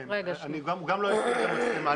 כן, הוא גם לא הפעיל את המצלמה.